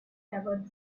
about